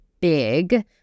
BIG